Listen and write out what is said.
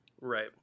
right